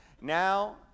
now